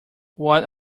what